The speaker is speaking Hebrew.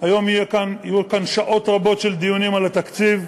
היום יהיו כאן שעות רבות של דיונים של התקציב,